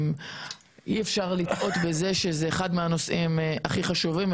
אי אפשר לטעות בזה שזה אחד מהנושאים הכי חשובים.